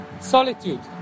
solitude